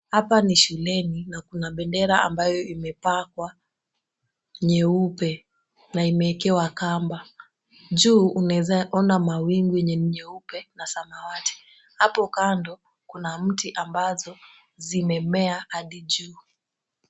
Hapa ni shuleni na kuna bendera ambayo imepakwa nyeupe na imeekewa kamba. Juu unaweza ona mawingu yenye ni nyeupe na samawati. Hapo kando kuna mti ambazo zimemea hadi juu.